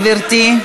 גברתי.